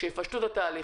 שיפשטו את התהליך,